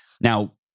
Now